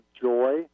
joy